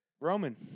Roman